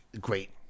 great